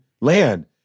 land